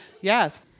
Yes